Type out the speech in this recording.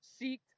seeked